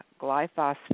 glyphosate